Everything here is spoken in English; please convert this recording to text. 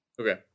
Okay